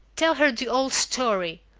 tell her the whole story!